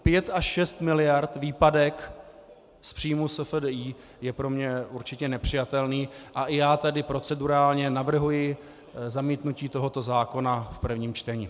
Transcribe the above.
Pět až šest miliard výpadek z příjmu SFDI je pro mě určitě nepřijatelný a i já tady procedurálně navrhuji zamítnutí tohoto zákona v prvním čtení.